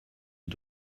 you